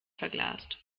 verglast